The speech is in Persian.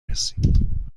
رسیم